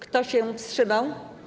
Kto się wstrzymał?